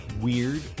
weird